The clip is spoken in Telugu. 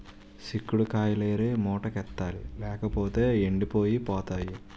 సిక్కుడు కాయిలేరి మూటకెత్తాలి లేపోతేయ్ ఎండిపోయి పోతాయి